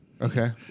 Okay